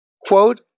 Quote